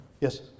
Yes